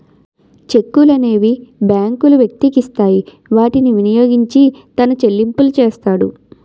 చెక్కులనేవి బ్యాంకులు వ్యక్తికి ఇస్తాయి వాటిని వినియోగించి తన చెల్లింపులు చేస్తాడు